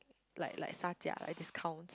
like like 调价 like discounts